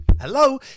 hello